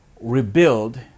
Rebuild